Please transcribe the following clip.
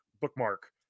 bookmark